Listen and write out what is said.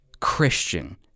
Christian